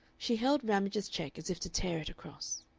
she held ramage's check as if to tear it across.